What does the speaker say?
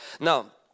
Now